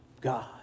God